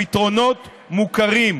הפתרונות מוכרים,